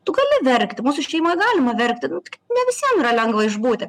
tu gali verkti mūsų šeimoj galima verkti nu tik ne visiem yra lengva išbūti